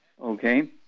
okay